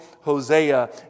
Hosea